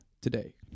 today